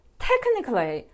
technically